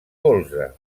polze